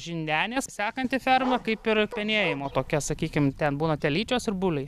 žindenės sekanti ferma kaip ir penėjimo tokia sakykim ten būna telyčios ir buliai